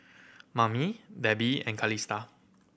Mamie Debi and Calista